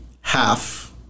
half